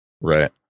Right